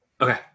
okay